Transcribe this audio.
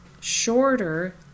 shorter